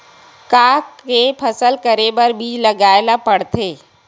का के फसल करे बर बीज लगाए ला पड़थे?